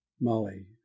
molly